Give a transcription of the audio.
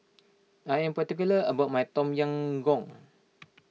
I am particular about my Tom Yam Goong